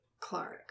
clark